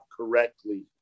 correctly